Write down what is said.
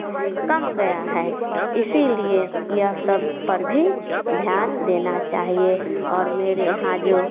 कम गया है इसीलिए यह सब पर भी ध्यान देना चाहिए और मेरे यहाँ जो